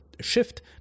shift